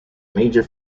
major